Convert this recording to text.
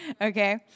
Okay